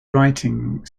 writing